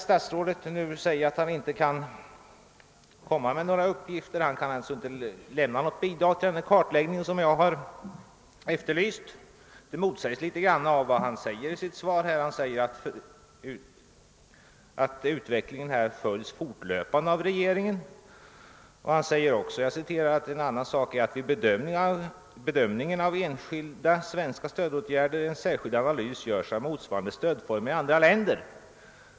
Statsrådets uppgift att han inte kan lämna något bidrag till den kartläggning jag efterlyst motsägs av att han i sitt svar framhåller, att utvecklingen fortlöpande följs av regeringen och att »vid bedömningen av enskilda svenska stödåtgärder en särskild analys görs av motsvarande stödformer i andra länder».